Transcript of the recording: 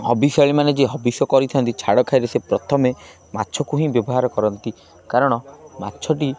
ହବିଶାଳୀମାନେ ଯିଏ ହବିଷ କରିଥାନ୍ତି ଛାଡ଼ ଖାଇରେ ସେ ପ୍ରଥମେ ମାଛକୁ ହିଁ ବ୍ୟବହାର କରନ୍ତି କାରଣ ମାଛଟି